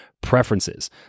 preferences